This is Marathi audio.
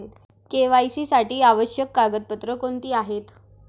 के.वाय.सी साठी आवश्यक कागदपत्रे कोणती आहेत?